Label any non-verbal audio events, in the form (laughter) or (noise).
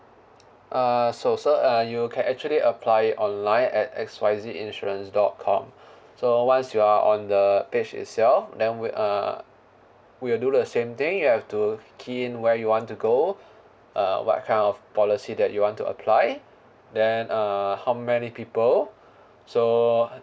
uh so sir uh you can actually apply online at X Y Z insurance dot com (breath) so once you are on the page itself then we'll uh we'll do the same thing you have to key in where you want to go (breath) uh what kind of policy that you want to apply then uh how many people (breath) so (noise)